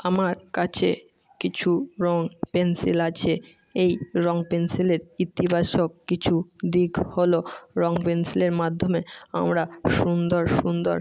আমার কাছে কিছু রঙ পেনসিল আছে এই রঙ পেনসিলের ইতিবাচক কিছু দিক হলো রঙ পেনসিলের মাধ্যমে আমরা সুন্দর সুন্দর